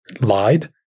lied